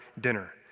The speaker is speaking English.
dinner